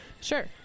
Sure